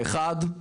אחד,